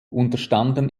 unterstanden